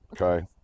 okay